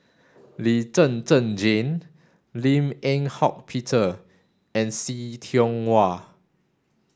Lee Zhen Zhen Jane Lim Eng Hock Peter and See Tiong Wah